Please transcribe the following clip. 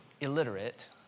illiterate